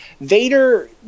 Vader